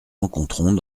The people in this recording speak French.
rencontrons